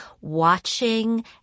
watching